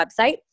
website